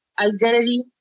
identity